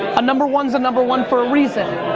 a number one is a number one for a reason.